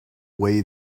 way